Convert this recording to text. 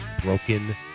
broken